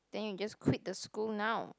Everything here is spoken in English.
then you just quit the school now